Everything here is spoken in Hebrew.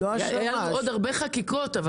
יהיו עוד הרבה חקיקות.